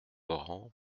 laurent